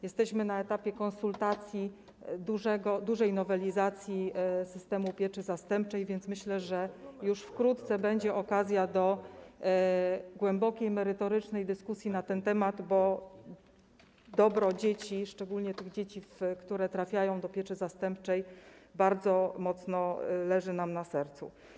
Jesteśmy na etapie konsultacji dużej nowelizacji systemu pieczy zastępczej, więc myślę, że już wkrótce będzie okazja do głębokiej, merytorycznej dyskusji na ten temat, bo dobro dzieci, szczególnie tych dzieci, które trafiają do pieczy zastępczej, bardzo mocno leży nam na sercu.